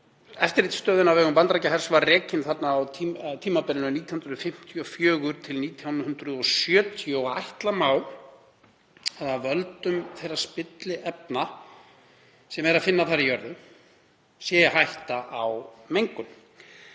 Eftirlitsstöðin á vegum Bandaríkjahers var rekin þarna á tímabilinu 1954–1970 og ætla má að af völdum þeirra spilliefna sem er að finna þar í jörðu sé hætta á mengun.